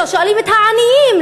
לא שואלים את העניים,